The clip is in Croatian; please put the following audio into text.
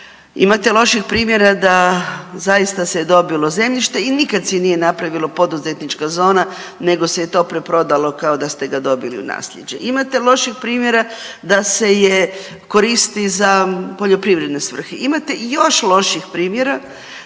imate loših primjera da zaista se je dobilo zemljište i nikad si nije napravilo poduzetnička zona nego se je to preprodalo kao da ste ga dobili u nasljeđe. Imate loših primjera da se je koristi za poljoprivredne svrhe, imate još loših primjera